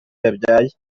yabyaye